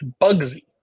Bugsy